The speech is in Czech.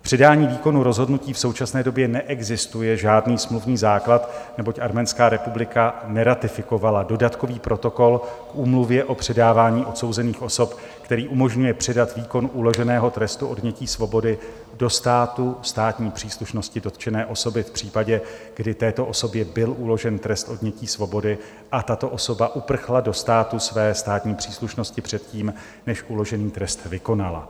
K předání výkonu rozhodnutí v současné době neexistuje žádný smluvní základ, neboť Arménská republika neratifikovala dodatkový protokol k úmluvě o předávání odsouzených osob, který umožňuje předat výkon uloženého trestu odnětí svobody do státu státní příslušnosti dotčené osoby v případě, kdy této osobě byl uložen trest odnětí svobody a tato osoba uprchla do státu své státní příslušnosti před tím, než uložený trest vykonala.